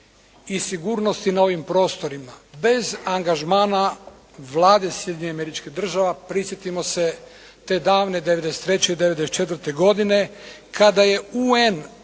i sigurnosti na ovim prostorima, bez angažmana Vlade Sjedinjenih Američkih Država. Prisjetimo se te davne '93. i '94. godine kada je UN